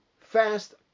fast